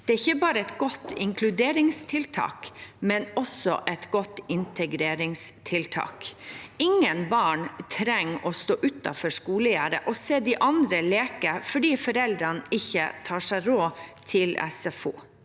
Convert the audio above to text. Det er ikke bare et godt inkluderingstiltak, men også et godt integreringstiltak. Ingen barn trenger å stå utenfor skolegjerdet og se de andre leke fordi foreldrene ikke tar seg råd til SFO.